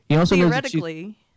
theoretically